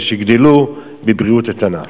שיגדלו בבריאות איתנה.